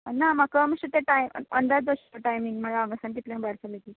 ना म्हाका मातशें तें टायम् अंदाज जाय आशिल्लो टायमिंग म्हळा हांगासान कितल्यांक भायर सरया तें